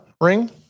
ring